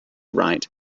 write